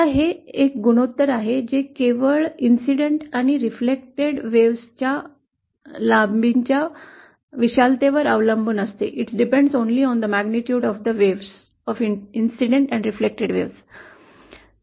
आता हे एक गुणोत्तर आहे जे केवळ घटनेच्या आणि परावर्तित लाटांच्या लांबीच्या विशालतेवर अवलंबून depends only on the magnitude of the waves of the incident and reflected waves असते